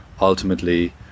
ultimately